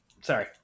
sorry